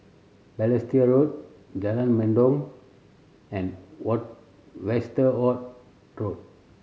Balestier Road Jalan Mendong and what Westerhout Road